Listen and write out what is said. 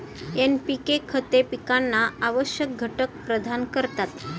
NPK खते पिकांना आवश्यक घटक प्रदान करतात